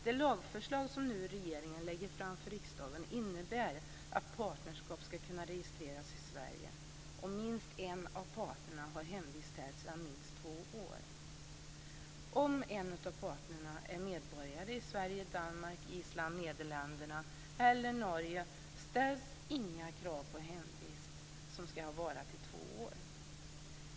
Det lagförslag som regeringen nu lägger fram för riksdagen innebär att partnerskap ska kunna registreras i Sverige om minst en av parterna har sin hemvist här sedan minst två år. Om en av parterna är medborgare i Sverige, Danmark, Island, Nederländerna eller Norge ställs inget krav på hemvist som ska ha varat i två år.